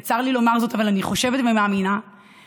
וצר לי לומר זאת, אבל אני חושבת ומאמינה שנפגעת